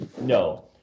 No